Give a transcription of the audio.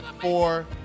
four